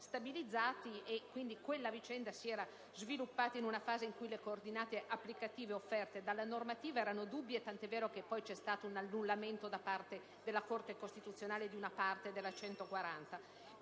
stabilizzati. Quindi, quella vicenda si era sviluppata in una fase in cui le coordinate applicative offerte dalla normativa erano dubbie, tant'è vero che poi vi è stata una declaratoria di illegittimità costituzionale da parte della